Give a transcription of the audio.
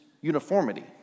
uniformity